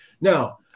Now